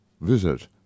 visit